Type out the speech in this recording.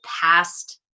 past